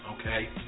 Okay